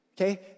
okay